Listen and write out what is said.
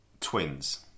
twins